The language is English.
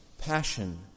passion